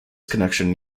connection